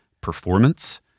Performance